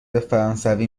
فرانسوی